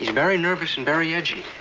yeah very nervous and very edgy.